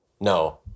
No